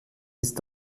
ist